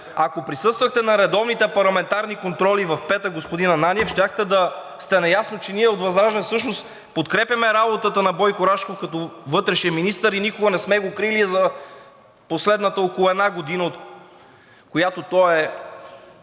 Ако присъствахте на редовните парламентарни контроли в петък, господин Ананиев, щяхте да сте наясно, че ние от ВЪЗРАЖДАНЕ всъщност подкрепяме работата на Бойко Рашков като вътрешен министър и никога не сме го крили за последната около една година, от която той е